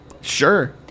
sure